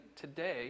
today